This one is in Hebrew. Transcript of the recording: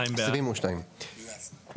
הצבעה בעד, 2 נגד,